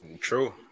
True